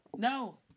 No